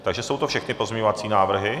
Takže jsou to všechny pozměňovací návrhy?